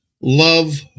love